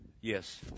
Yes